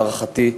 להערכתי,